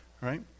right